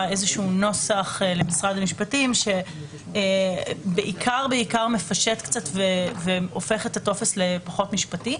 איזשהו נוסח למשרד המשפטים שבעיקר מפשט קצת והופך את הטופס לפחות משפטי.